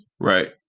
Right